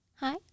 Hi